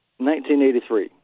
1983